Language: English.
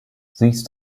these